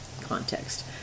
context